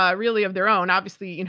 ah really, of their own. obviously, and